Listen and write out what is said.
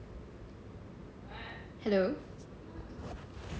hello